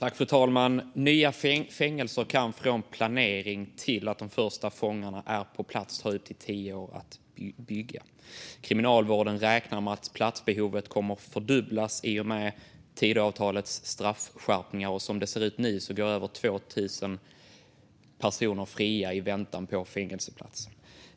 Fru talman! Nya fängelser kan från planering till att de första fångarna är på plats ta upp till tio år att bygga. Kriminalvården räknar med att platsbehovet kommer att fördubblas i och med Tidöavtalets straffskärpningar, och som det ser ut nu går över 2 000 personer fria i väntan på fängelseplats.